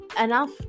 enough